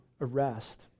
arrest